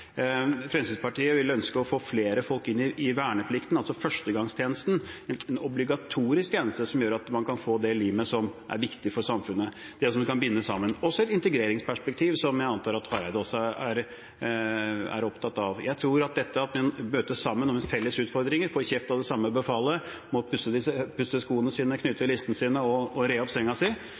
Fremskrittspartiet ønsker å få flere folk inn i verneplikten, altså førstegangstjenesten, en obligatorisk tjeneste som gjør at man kan få det limet som er viktig for samfunnet – det som kan binde sammen, også i et integreringsperspektiv, som jeg antar at Hareide også er opptatt av. Jeg tror at dette at en møtes og er sammen om felles utfordringer, får kjeft av det samme befalet, må pusse skoene sine, knytte lissene sine og re opp senga si,